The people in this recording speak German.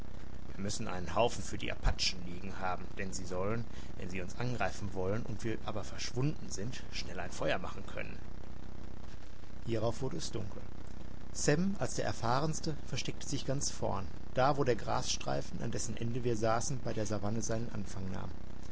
wir müssen einen haufen für die apachen liegen haben denn sie sollen wenn sie uns ergreifen wollen und wir aber verschwunden sind schnell ein feuer machen können hierauf wurde es dunkel sam als der erfahrenste versteckte sich ganz vorn da wo der grasstreifen an dessen ende wir saßen bei der savanne seinen anfang nahm